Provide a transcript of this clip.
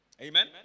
Amen